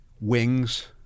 wings